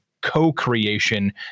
co-creation